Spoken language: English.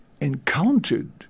encountered